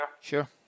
Sure